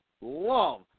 love